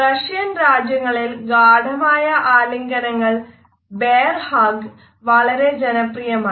Russian രാജ്യങ്ങളിൽ ഗാഢമായ ആലിംഗനങ്ങൾ വളരെ ജനപ്രിയമാണ്